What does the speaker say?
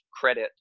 credit